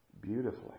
beautifully